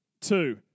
Two